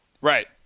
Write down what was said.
Right